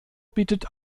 bietet